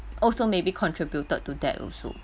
also maybe contributed to that also